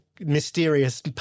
mysterious